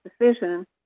decision